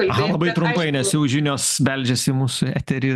aha labai trumpai nes jau žinios beldžiasi į mūsų eterį